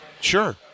sure